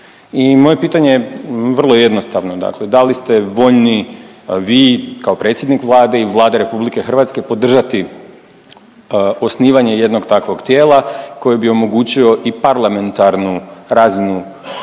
je pitanje vrlo jednostavno dakle da li ste voljni vi kao predsjednik Vlade i Vlada RH podržati osnivanje jednog takvog tijela koje bi omogućilo i parlamentarnu razinu kontrole,